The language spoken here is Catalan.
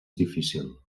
difícil